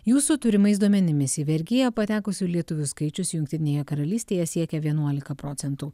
jūsų turimais duomenimis į vergiją patekusių lietuvių skaičius jungtinėje karalystėje siekia vienuolika procentų